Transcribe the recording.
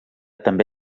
també